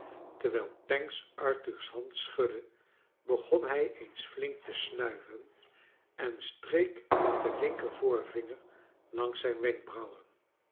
terwijl pancks arthur's hand sohudde begon hij eens flink te snuiven en streek met den linker voorvinger langs zijn wenkbrauwen